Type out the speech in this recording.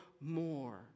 more